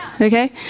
Okay